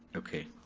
okay.